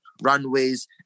runways